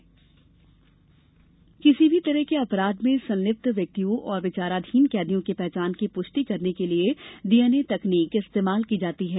DN तकनीक किसी भी तरह के अपराध में संलिप्त व्यक्तियों और विचाराधीन कैदियों की पहचान की पुष्टि करने के लिये डीएनए तकनीक इस्तेमाल की जाती है